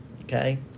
Okay